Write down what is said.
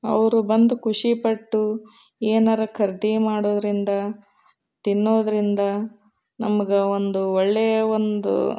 ಅವರು ಬಂದು ಖುಷಿಪಟ್ಟು ಏನಾರೂ ಖರೀದಿ ಮಾಡೋದರಿಂದ ತಿನ್ನೋದರಿಂದ ನಮ್ಗೆ ಒಂದು ಒಳ್ಳೆಯ ಒಂದು